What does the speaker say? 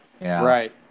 Right